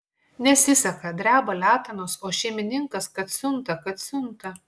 nesiseka dreba letenos o šeimininkas kad siunta kad siunta